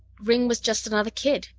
ringg was just another kid.